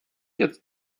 jetzt